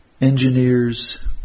Engineers